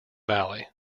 valley